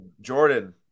Jordan